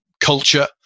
culture